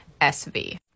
SV